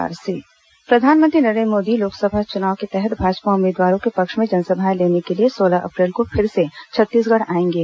प्रधानमंत्री छत्तीसगढ प्रधानमंत्री नरेन्द्र मोदी लोकसभा चुनाव के तहत भाजपा उम्मीदवारों के पक्ष में जनसभाएं लेने के लिए सोलह अप्रैल को फिर से छत्तीसगढ़ आएंगे